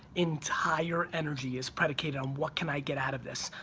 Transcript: entire energy is predicated on what can i get out of this?